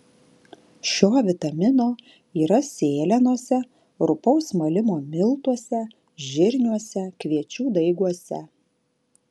šio vitamino yra sėlenose rupaus malimo miltuose žirniuose kviečių daiguose